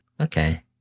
Okay